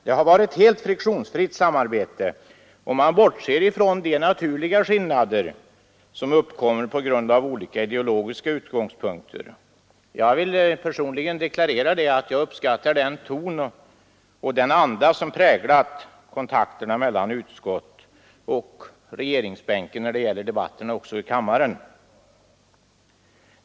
Det har varit ett helt friktionsfritt samarbete, om man bortser från de naturliga skillnader som uppkommer på grund av olika ideologiska utgångspunkter. Jag vill personligen deklarera att jag uppskattar den ton och den anda som präglat kontakterna mellan utskottet och regeringsbänken när det gäller debatterna också i kammaren.